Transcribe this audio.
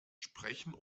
sprechen